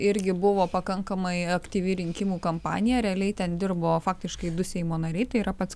irgi buvo pakankamai aktyvi rinkimų kampanija realiai ten dirbo faktiškai du seimo nariai tai yra pats